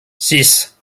six